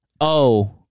Oh-